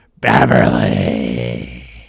Beverly